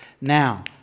now